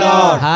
Lord